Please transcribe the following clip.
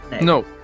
No